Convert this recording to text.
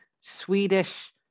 Swedish